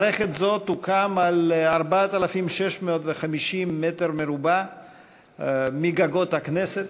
מערכת זו תוקם על 4,650 מ"ר מגגות הכנסת,